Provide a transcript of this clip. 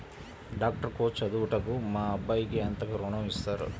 Doctor course చదువుటకు మా అబ్బాయికి ఎంత ఋణం ఇస్తారు?